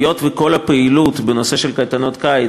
היות שכל הפעילות בנושא של קייטנות קיץ